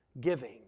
giving